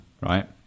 right